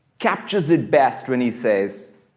captures it best when he says,